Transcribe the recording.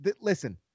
Listen